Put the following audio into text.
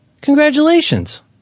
congratulations